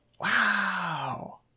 Wow